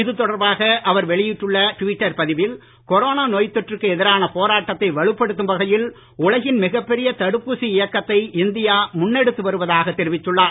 இது தொடர்பாக அவர் வெளியிட்டுள்ள ட்விட்டர் பதிவில் கொரோனா தொற்றுக்கு எதிரான போராட்டத்தை வலுப்படுத்தும் வகையில் உலகின் மிகப்பொிய தடுப்பூசி இயக்கத்தை இந்தியா முன்னெடுத்து வருவதாக தொிவித்துள்ளார்